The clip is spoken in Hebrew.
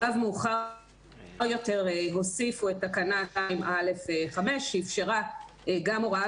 מאוחר יותר הוסיפו את תקנה 2(א)5 שאפשרה גם הוראה